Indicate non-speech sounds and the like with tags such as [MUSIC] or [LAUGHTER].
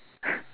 [BREATH]